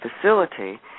facility